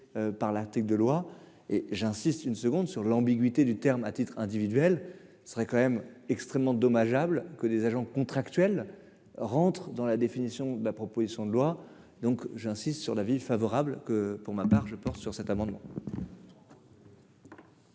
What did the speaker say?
par l'attaque de loi et j'insiste une seconde sur l'ambiguïté du terme, à titre individuel, ce serait quand même extrêmement dommageable que des agents contractuels rentre dans la définition de la proposition de loi donc j'insiste sur l'avis favorable que pour ma part, je pense, sur cet amendement.